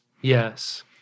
yes